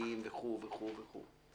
צדיקים וכולי, וכולי.